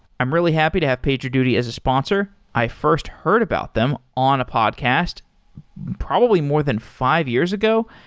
i'm really happy to have pager duty as a sponsor. i first heard about them on a podcast probably more than five years ago.